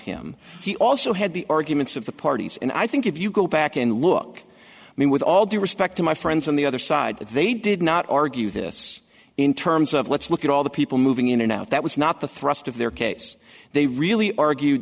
him he also had the arguments of the parties and i think if you go back and look i mean with all due respect to my friends on the other side they did not argue this in terms of let's look at all the people moving in and out that was not the thrust of their case they really argued